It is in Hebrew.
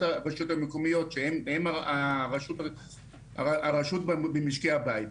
הרשויות המקומיות שהן הרשות במשקי הבית.